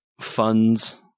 funds